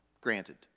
Granted